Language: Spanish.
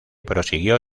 prosiguió